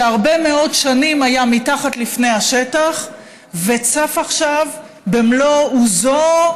שהרבה מאוד שנים היה מתחת לפני השטח וצף עכשיו במלוא עוזו,